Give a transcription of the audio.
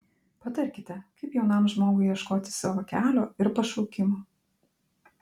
patarkite kaip jaunam žmogui ieškoti savo kelio ir pašaukimo